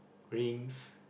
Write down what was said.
rings